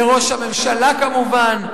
לראש הממשלה כמובן,